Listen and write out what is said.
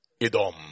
Edom